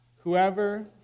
Whoever